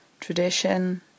Tradition